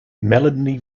melanie